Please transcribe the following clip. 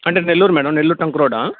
అంటే Nellore madam Nellore trunk రోడ్డా